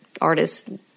artists